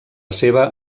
seva